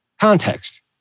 context